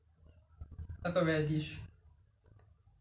is the vegetable go with the must nasi lemak or